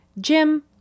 jim